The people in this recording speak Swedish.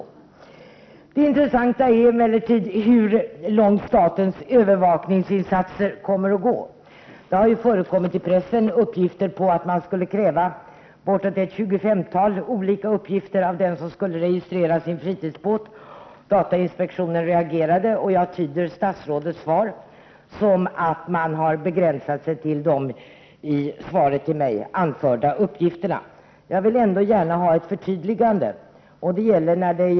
Emellertid är det intressant att få veta hur långt statens övervakningsinsatser kommer att sträcka sig. I pressen har det förekommit uppgifter om att man skulle kräva ca 25 olika uppgifter av den som registrerar sin fritidsbåt. Datainspektionen reagerade, och jag tolkar statsrådets svar så att man har begränsat sig till de i svaret till mig angivna uppgifterna. Men jag vill ändå gärna ha ett förtydligande.